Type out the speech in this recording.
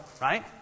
right